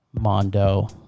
mondo